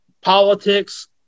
politics